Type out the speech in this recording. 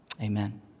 Amen